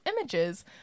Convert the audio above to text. images